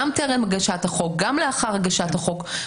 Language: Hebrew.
גם טרם הגשת החוק, גם לאחר הגשת החוק.